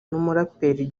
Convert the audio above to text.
n’umuraperi